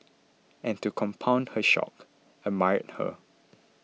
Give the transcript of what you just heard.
and to compound her shock admired her